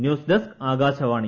news desk Akashvani